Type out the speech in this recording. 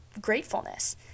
gratefulness